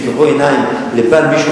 יפקחו עיניים לבל מישהו,